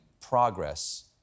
progress